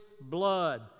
blood